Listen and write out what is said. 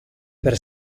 per